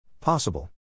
Possible